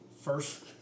first